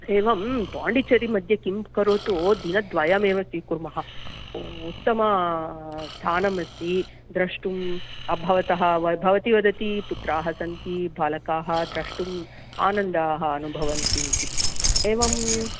एवं पोण्डिचेरि मध्ये किं करोतु दिनद्वयमेव स्वीकुर्मः उत्तमस्थानमस्ति द्रष्टुं भवतः भवती वदति पुत्राः सन्ति बालकाः द्रष्टुम् आनन्दाः अनुभवन्तीति एवम्